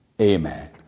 Amen